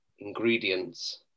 Ingredients